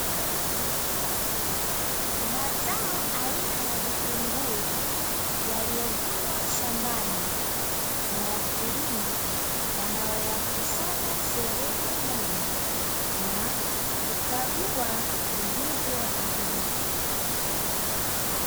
Mazao aina ya vitunguu, yaliyovunwa shambani na wakulima wanayoyakusanya sehemu moja na kukagua vilivyoharibika.